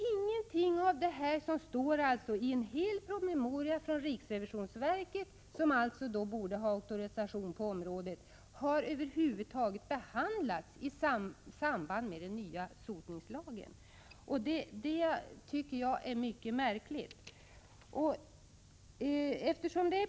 Ingenting av det som står i denna promemoria från riksrevisionsverket, som borde ha auktorisation på området, har över huvud taget behandlats i samband med den nya sotningslagen. Det tycker jag är mycket märkligt.